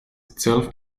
itself